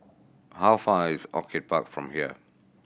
how far is Orchid Park from here